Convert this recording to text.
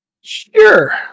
Sure